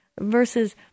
versus